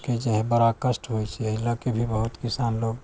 के जे है बड़ा कष्ट होइ छै एहि ले कऽ भी किसान लोग